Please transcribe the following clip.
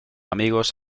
amigos